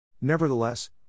Nevertheless